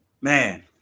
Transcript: man